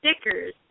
stickers